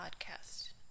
Podcast